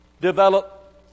develop